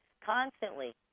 constantly